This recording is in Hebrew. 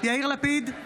יאיר לפיד,